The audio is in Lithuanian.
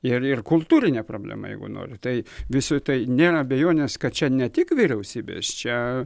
ir ir kultūrinė problema jeigu nori tai visų tai nėra abejonės kad čia ne tik vyriausybės čia